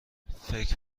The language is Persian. فکر